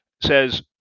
says